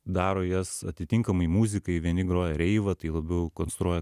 daro jas atitinkamai muzikai vieni groja reivą tai labiau konstruoja